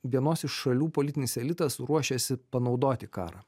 vienos iš šalių politinis elitas ruošiasi panaudoti karą